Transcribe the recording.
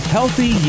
Healthy